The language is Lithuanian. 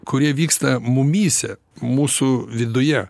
kurie vyksta mumyse mūsų viduje